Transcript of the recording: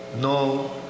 no